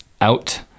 out